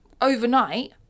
overnight